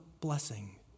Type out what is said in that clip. blessing